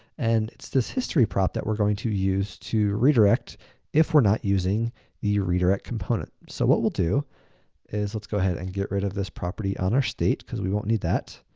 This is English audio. and it's this history prop that we're going to use to redirect if we're not using the redirect component. so, what we will do is let's go ahead and get rid of this property on our state because we won't need that.